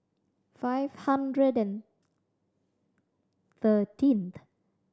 five hundred and thirteenth